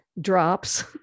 drops